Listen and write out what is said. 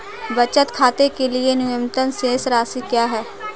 बचत खाते के लिए न्यूनतम शेष राशि क्या है?